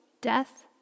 death